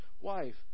wife